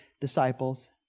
disciples